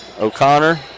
O'Connor